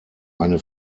eine